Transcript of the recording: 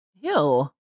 Ew